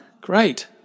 great